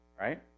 Right